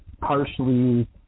partially